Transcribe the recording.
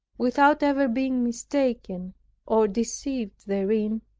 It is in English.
without ever being mistaken or deceived therein,